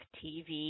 tv